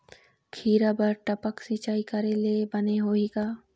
खिरा बर टपक सिचाई करे ले बने होही का?